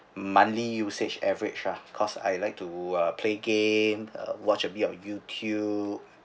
monthly usage average lah cause I like to uh play game uh watch a bit of YouTube